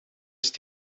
ist